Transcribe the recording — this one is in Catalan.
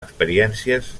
experiències